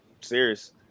Serious